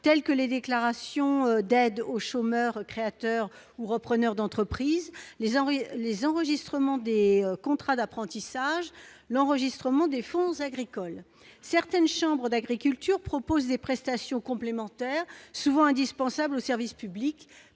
telles que les déclarations d'aide aux chômeurs créateurs ou repreneurs d'entreprise, l'ACCRE, les enregistrements des contrats d'apprentissage, l'enregistrement des fonds agricoles. Certaines chambres d'agriculture proposent des prestations complémentaires souvent indispensables au service public,